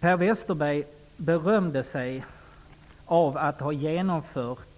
Per Westerberg berömde sig av att ha genomfört